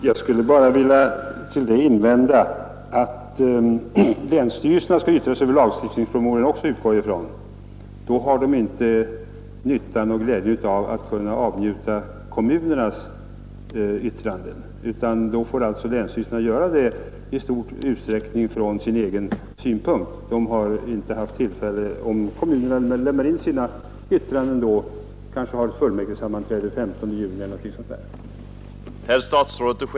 Herr talman! Jag skulle bara vilja invända att länsstyrelserna också skall yttra sig över lagstiftningspromemorian — det utgår jag ifrån. Då har de inte nyttan och glädjen av att kunna avnjuta kommunernas yttranden, utan de får i stor utsträckning yttra sig från sin egen synpunkt. Om kommunerna lämnar in sina yttranden efter ett fullmäktigesammanträde den 15 juni eller något sådant, har länsstyrelserna ju inte haft tillfälle att läsa dem.